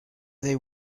they